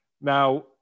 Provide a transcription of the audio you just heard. Now